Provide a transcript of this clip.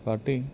కాబట్టి